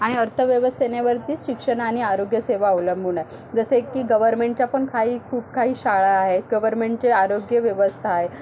आणि अर्थव्यवस्थेनेवरतीच शिक्षण आणि आरोग्य सेवा अवलंबून आहे जसे की गवर्मेंटच्या पण काही खूप काही शाळा आहेत गवर्मेंटचे आरोग्य व्यवस्था आहे